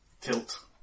tilt